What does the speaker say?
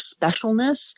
specialness